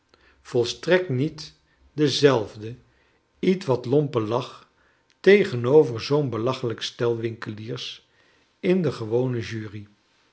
volstrekt niet dezelfde ietwat lampe lach tegenover zoo'n belachelijk stel winkeliers in de gewone jury